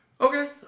Okay